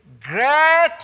great